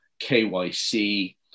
KYC